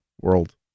world